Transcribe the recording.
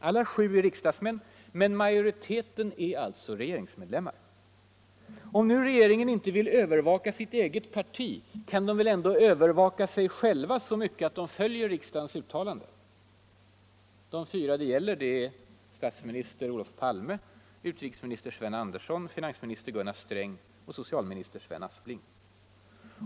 Alla sju är riksdagsmän, men majoriteten är alltså regeringsmedlemmar. Om nu regeringen inte vill ”övervaka” sitt eget parti, kan dessa regeringsmedlemmar väl ändå övervaka sig själva så mycket att de följer riksdagens uttalande. De fyra det gäller är statsminister Olof Palme, utrikesminister Sven Andersson, finansminister Gunnar Sträng och socialminister Sven Aspling.